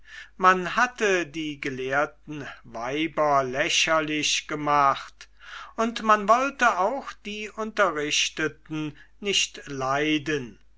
man hatte die gelehrten weiber lächerlich gemacht und man wollte auch die unterrichteten nicht leiden